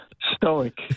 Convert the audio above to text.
Stoic